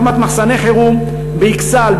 הקמת מחסני חירום באכסאל,